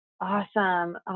awesome